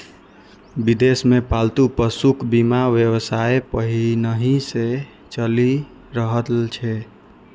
विदेश मे पालतू पशुक बीमा व्यवसाय पहिनहि सं चलि रहल छै